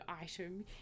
item